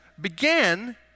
began